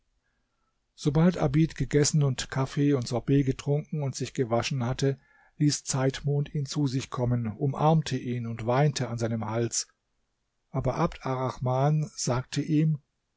sobald abid gegessen und kaffee und sorbet getrunken und sich gewaschen hatte ließ zeitmond ihn zu sich kommen umarmte ihn und weinte an seinem hals aber abd arrahman sagte ihm